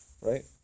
right